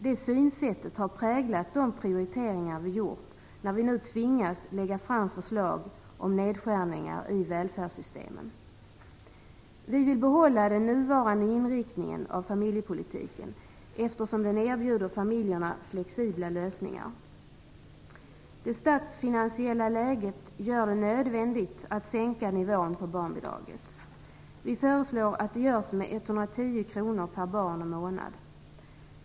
Det synsättet har präglat de prioriteringar vi gjort när vi nu tvingas lägga fram förslag om nedskärningar i välfärdssystemen. Vi vill behålla den nuvarande inriktningen av familjepolitiken eftersom den erbjuder familjerna flexibla lösningar. Det statsfinansiella läget gör det nödvändigt att sänka nivån på barnbidraget. Vi föreslår att det görs med 110 kr per barn och månad.